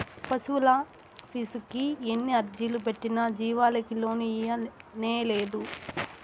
పశువులాఫీసుకి ఎన్ని అర్జీలు పెట్టినా జీవాలకి లోను ఇయ్యనేలేదు